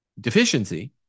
deficiency